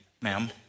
ma'am